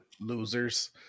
Losers